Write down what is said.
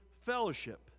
fellowship